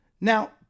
Now